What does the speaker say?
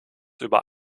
über